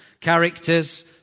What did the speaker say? characters